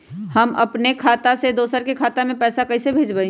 हम अपने खाता से दोसर के खाता में पैसा कइसे भेजबै?